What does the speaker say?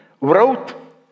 wrote